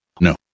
No